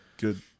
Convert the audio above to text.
good